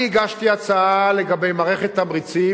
אני הגשתי הצעה לגבי מערכת תמריצים,